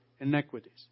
inequities